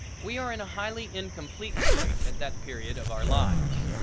we are in a highly incomplete state at that period of our lives.